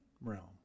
realm